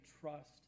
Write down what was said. trust